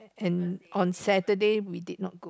and on Saturday we did not go